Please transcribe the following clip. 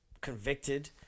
convicted